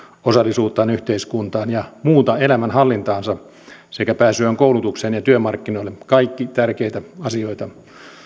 osallisuuttaan yhteiskuntaan ja muuta elämänhallintaansa sekä pääsyään koulutukseen ja työmarkkinoille kaikki tärkeitä asioita